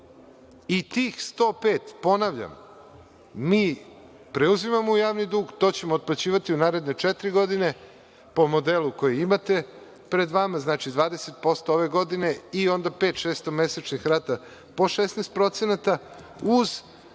I tih 105, ponavljam, mi preuzimamo javni dug, to ćemo otplaćivati u naredne četiri godine po modelu koji imate pred vama, znači, 20% ove godine i onda pet šestomesečnih rata po 16%, uz našu